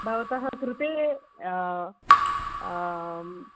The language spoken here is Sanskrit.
भवतः कृते